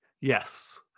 Yes